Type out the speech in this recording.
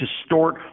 distort